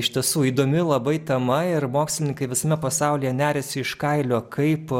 iš tiesų įdomi labai tema ir mokslininkai visame pasaulyje neriasi iš kailio kaip